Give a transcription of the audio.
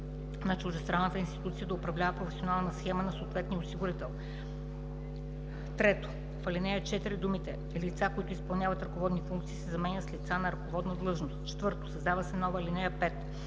на чуждестранната институция да управлява професионална схема на съответния осигурител.“ 3. В ал. 4 думите „лица, които изпълняват ръководни функции” се заменят с „лицата на ръководна длъжност”. 4. Създава се нова ал. 5: